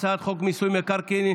הצעת חוק מיסוי מקרקעין